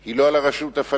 היא לא על הרשות הפלסטינית.